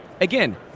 Again